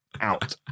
out